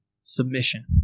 submission